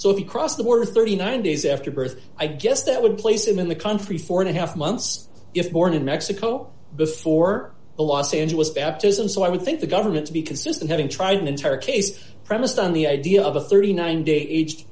so if you cross the border thirty nine days after birth i guess that would place him in the country four and a half months if born in mexico before the los angeles baptism so i would think the government to be consistent having tried an entire case premised on the idea of a thirty nine d